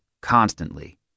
constantly